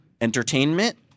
entertainment